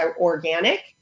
organic